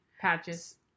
patches